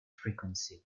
frequency